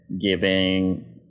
giving